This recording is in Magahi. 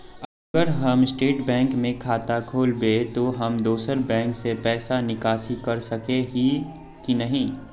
अगर हम स्टेट बैंक में खाता खोलबे तो हम दोसर बैंक से पैसा निकासी कर सके ही की नहीं?